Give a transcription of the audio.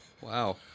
Wow